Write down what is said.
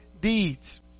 deeds